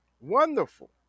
wonderful